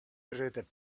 through